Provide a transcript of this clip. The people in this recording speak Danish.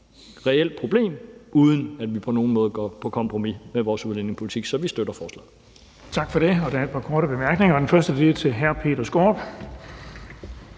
reelt problem, uden at vi på nogen måde går på kompromis med vores udlændingepolitik. Så vi støtter forslaget. Kl. 18:07 Den fg. formand (Erling Bonnesen): Tak for det. Der er et par korte bemærkninger. Den første er til hr. Peter Skaarup.